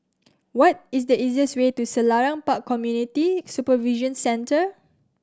what is the easiest way to Selarang Park Community Supervision Centre